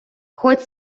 хоть